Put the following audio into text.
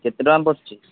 କେତେ ଟଙ୍କା ପଡ଼ୁଛି